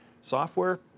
Software